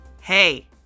Hey